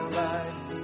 life